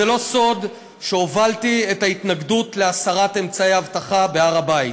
זה לא סוד שהובלתי את ההתנגדות להסרת אמצעי האבטחה בהר הבית,